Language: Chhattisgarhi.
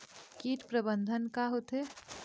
कीट प्रबंधन का होथे?